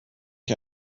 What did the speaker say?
ich